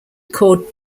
called